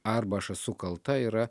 arba aš esu kalta yra